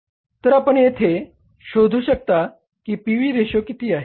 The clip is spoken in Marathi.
तर आपण येथे शोधू शकता की पी व्ही रेशो किती आहे